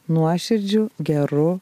nuoširdžiu geru